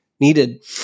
needed